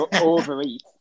overeat